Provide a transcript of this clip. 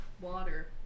water